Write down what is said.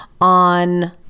on